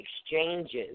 exchanges